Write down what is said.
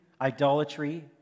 idolatry